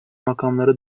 makamları